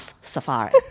Safari